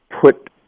put